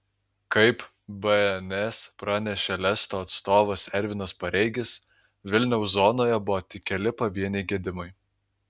kaip bns pranešė lesto atstovas ervinas pareigis vilniaus zonoje buvo tik keli pavieniai gedimai